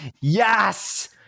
Yes